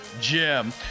Jim